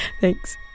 Thanks